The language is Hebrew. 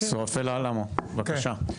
סורפל אלמו, בבקשה,